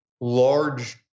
large